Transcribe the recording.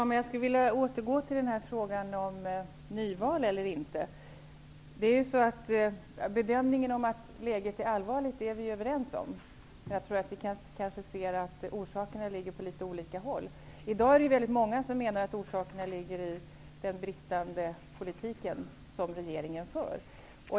Fru talman! Jag vill återkomma till frågan om nyval eller inte. Vi är överens om bedömningen att läget är allvarligt, men vi anser kanske att orsakerna är litet olika. I dag är det väldigt många som menar att orsakerna ligger i regeringens bristande politik.